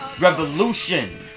revolution